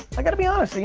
i gotta be honest, you